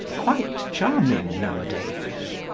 quite charming nowadays.